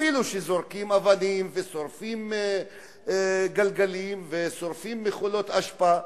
אפילו שזורקים אבנים ושורפים גלגלים ושורפים מכולות אשפה,